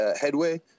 headway